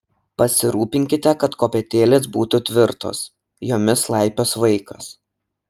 pasirūpinkite kad kopėtėlės būtų tvirtos jomis laipios vaikas